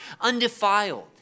undefiled